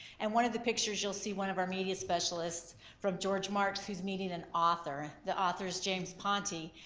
and one of the pictures you'll see one of our media specialists from george marks who's meeting an author, the author's james ponti.